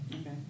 Okay